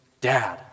Dad